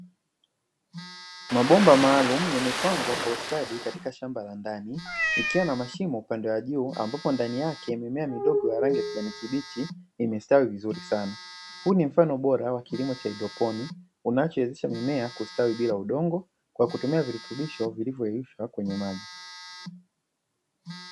Mabomba maalumu yamepangwa kwa ustadi katika shamba la ndani ikiwa na mashimo upande wa juu ambapo ndani yake mimea midogo ya rangi ya kijani kibichi imestawi vizuri sana, huu ni mfano bora au kilimo cha haidroponi unachowezesha mimea kustawi bila udongo kwa kutumia virutubisho vilivyo yeyushwa kwenye maji.